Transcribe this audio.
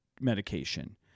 medication